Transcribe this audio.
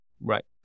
right